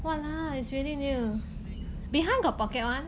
!walao! it's really new behind got pocket one